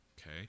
okay